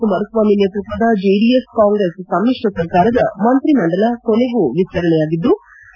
ಕುಮಾರಸ್ವಾಮಿ ನೇತೃತ್ವದ ಜೆಡಿಎಸ್ ಕಾಂಗ್ರೆಸ್ ಸಮ್ತಶ್ರ ಸರ್ಕಾರದ ಮಂತ್ರಿಮಂಡಲ ಕೊನೆಗೂ ವಿಸ್ತರಣೆಯಾಗಿದ್ಲು